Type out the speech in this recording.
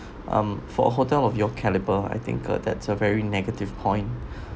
um for a hotel of your caliber I think uh that's a very negative point